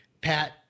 Pat